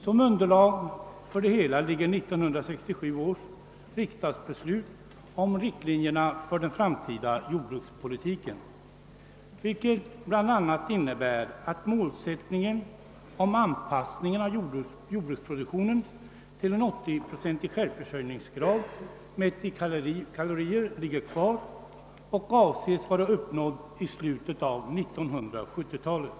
Som underlag för det hela ligger 1967 års riksdagsbeslut om riktlinjerna för den framtida jordbrukspolitiken. Beslutet innebär bl.a. att målsättningen om anpassning av jordbruksproduktionen till en 80-procentig självförsörjningsgrad mätt i kalorier ligger kvar och avses vara uppnådd i slutet av 1970-talet.